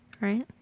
Right